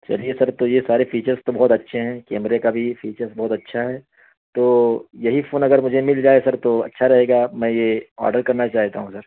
چلیے سر تو یہ سارے فیچرس تو بہت اچھے ہیں کیمرے کا بھی فیچرس بہت اچھا ہے تو یہی فون اگر مجھے مل جائے سر تو اچھا رہے گا میں یہ آڈر کرنا چاہتا ہوں سر